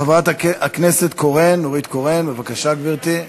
חברת הכנסת נורית קורן, בבקשה, גברתי.